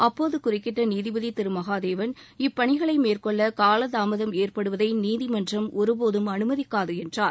அப்போதுகுறுக்கிட்டநீதிபதிமகாதேவள் இப்பனிகளைமேற்கொள்ளகாலதாமதம் ஏற்படுவதைநீதிமன்றம் ஒருபோதும் அனுமதிக்காதுஎன்றார்